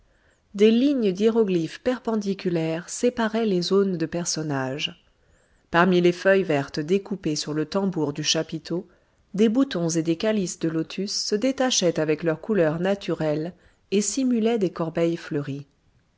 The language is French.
des lignes d'hiéroglyphes perpendiculaires séparaient les zones de personnages parmi les feuilles vertes découpées sur le tambour du chapiteau des boutons et des calices de lotus se détachaient avec leurs couleurs naturelles et simulaient des corbeilles fleuries